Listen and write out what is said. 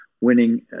winning